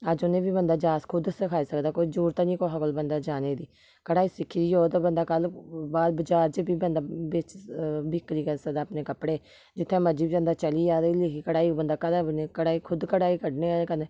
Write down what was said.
अज्ज उ'नें गी बी बंदा जाच खुद सखाई सकदा ऐ कोई जरूरत निं ऐ कुसै कोल बंदा जाने दी कढाई सिक्खी दी होऐ ते बंदा कल्ल बाह्र बजार च बी बंदा बेची स बिक्करी करी सकदा अपने कपड़े जित्थै मर्जी जंदा चली जाऽ ते लेइयै कढाई ते बंदा कदें अपने कढाई खुद कढाई कड्ढने दे कन्नै